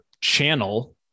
channel